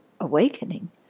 awakening